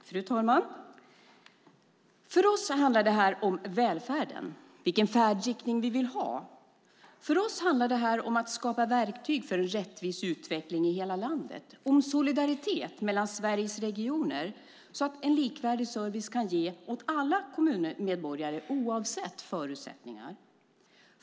Fru talman! För oss handlar det här om välfärden och vilken färdriktning vi vill ha. För oss handlar det här om att skapa verktyg för en rättvis utveckling i hela landet och om solidaritet mellan Sveriges regioner så att en likvärdig service kan ges åt alla kommunmedborgare oavsett förutsättningar.